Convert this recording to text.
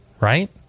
right